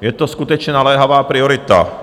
je to skutečně naléhavá priorita.